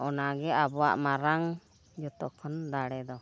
ᱚᱱᱟᱜᱮ ᱟᱵᱚᱣᱟᱜ ᱢᱟᱨᱟᱝ ᱡᱚᱛᱚ ᱠᱷᱚᱱ ᱫᱟᱲᱮ ᱫᱚ